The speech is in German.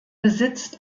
besitzt